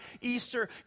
Easter